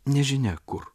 nežinia kur